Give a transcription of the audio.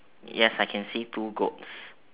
yes I can see two goats